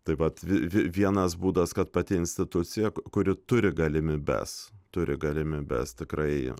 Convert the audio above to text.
taip pat vie vie vienas būdas kad pati institucija kuri turi galimybes turi galimybes tikrai